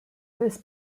was